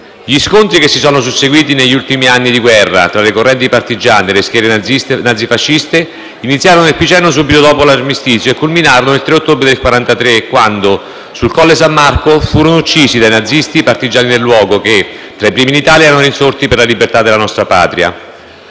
Gli scontri che si sono susseguiti negli ultimi anni di guerra fra le correnti partigiane e le schiere nazi-fasciste iniziarono nel Piceno subito dopo l'armistizio e culminarono il 3 ottobre del 1943 quando, sul Colle San Marco, furono uccisi dai nazisti i partigiani del luogo che, tra i primi in Italia, erano insorti per la libertà della nostra Patria.